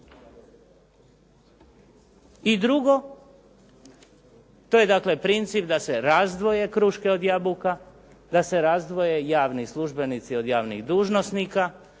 I drugo, to je dakle princip da se razdvoje kruške od jabuka, da se razdvoje javni službenici od javnih dužnosnika